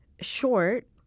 short